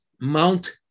Mount